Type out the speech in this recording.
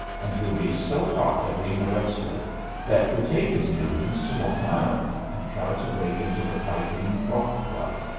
and he'll be so hot at being arrested that he'll take his millions to long island and try to break into the piping rock club.